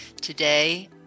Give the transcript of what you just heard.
Today